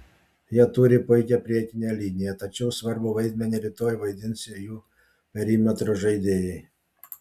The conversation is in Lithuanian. jie turi puikią priekinę liniją tačiau svarbų vaidmenį rytoj vaidins ir jų perimetro žaidėjai